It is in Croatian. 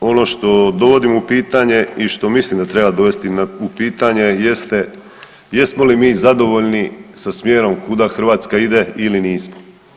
Međutim, ono što dovodim u pitanje i što mislim da treba dovesti u pitanje jeste jesmo li mi zadovoljni sa smjerom kuda Hrvatska ide ili nismo.